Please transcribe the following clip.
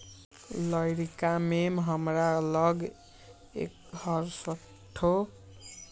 लइरका में हमरा लग हरशठ्ठो एगो माटी बला बैंक होइत रहइ